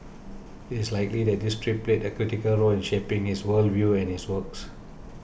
it is likely that this trip played a critical role in shaping his world view and his works